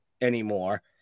anymore